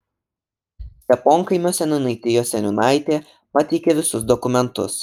steponkaimio seniūnaitijos seniūnaitė pateikė visus dokumentus